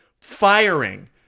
Firing